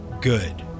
good